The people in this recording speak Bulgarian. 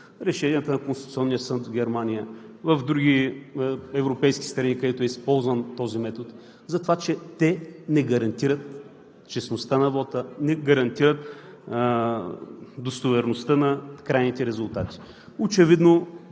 решенията на Конституционния съд в Германия, в други европейски страни, където е използван този метод, това, че те не гарантират честността на вота, не гарантират достоверността на крайните резултати. Очевидно